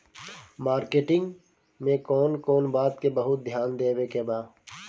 Marketing मे कौन कौन बात के बहुत ध्यान देवे के बा?